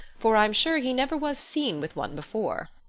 for i'm sure he never was seen with one before.